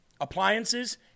appliances